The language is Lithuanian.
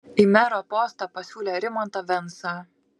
į mero postą pasiūlė rimantą vensą